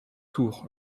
tour